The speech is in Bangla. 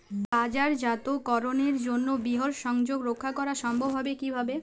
বাজারজাতকরণের জন্য বৃহৎ সংযোগ রক্ষা করা সম্ভব হবে কিভাবে?